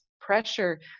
pressure